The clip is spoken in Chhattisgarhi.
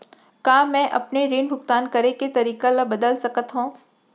का मैं अपने ऋण भुगतान करे के तारीक ल बदल सकत हो?